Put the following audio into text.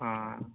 ᱦᱮᱸ